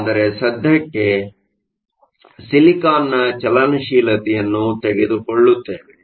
ಆದರೆ ಸದ್ಯಕ್ಕೆ ನಾವು ಸಿಲಿಕಾನ್ನ ಚಲನಶೀಲತೆಯನ್ನು ತೆಗೆದುಕೊಳ್ಳುತ್ತೇವೆ